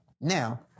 Now